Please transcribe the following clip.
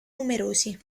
numerosi